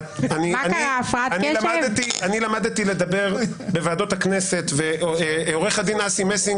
אני למדתי לדבר בוועדות הכנסת ועורך הדין אסי מסינג